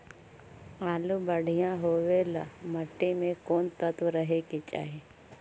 आलु बढ़िया होबे ल मट्टी में कोन तत्त्व रहे के चाही?